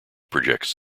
projects